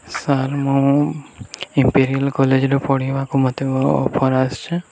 sir ମୁଁ Imperial କଲେଜରେ ପଢ଼ିବାକୁ ମୋତେ ଅଫର୍ ଆସିଛି